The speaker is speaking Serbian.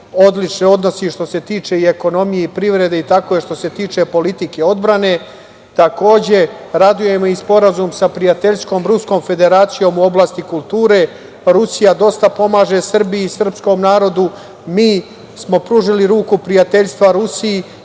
odlične odnose što se tiče ekonomije i privrede i tako je što se tiče politike odbrane. Takođe, raduje me i sporazum sa prijateljskom Ruskom Federacijom u oblasti kulture. Rusija dosta pomaže Srbiji i srpskom narodu. Mi smo pružili ruku prijateljstva Rusiji